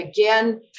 again